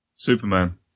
Superman